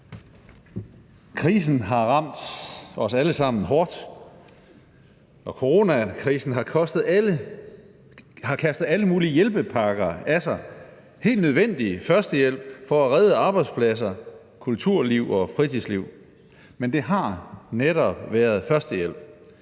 Coronakrisen har ramt os alle sammen hårdt, og krisen har kastet alle mulige hjælpepakker af sig, helt nødvendig førstehjælp for at redde arbejdspladser, kulturliv og fritidsliv. Men det har netop været førstehjælp.